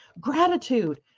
Gratitude